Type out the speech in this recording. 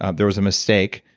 ah there was a mistake.